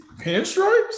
pinstripes